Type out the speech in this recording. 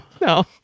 No